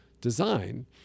design